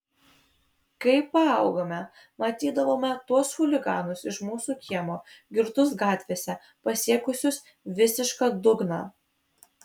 kai paaugome matydavome tuos chuliganus iš mūsų kiemo girtus gatvėse pasiekusius visišką dugną